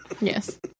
Yes